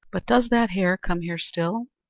but does that hare come here still?